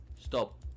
Stop